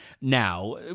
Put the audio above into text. now